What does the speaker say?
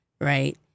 right